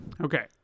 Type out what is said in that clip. Okay